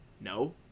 no